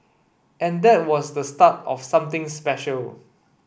and that was the start of something special